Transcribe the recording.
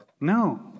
No